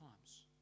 times